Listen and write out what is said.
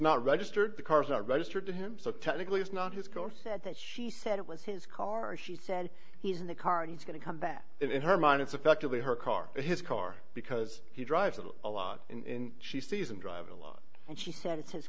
not registered the cars are registered to him so technically it's not his car said that she said it was his car she said he's in the car and he's going to come back in her mind it's effectively her car his car because he drives a lot in she sees him drive a lot and she said it's his